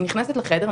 נכנסת לחדר,